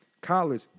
college